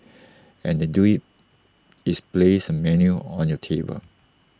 and they do IT is place A menu on your table